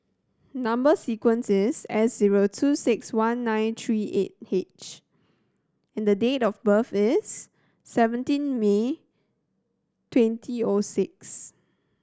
number sequence is S zero two six one nine three eight H and date of birth is seventeen May twenty O six